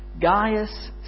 Gaius